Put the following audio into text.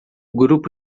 grupo